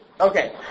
Okay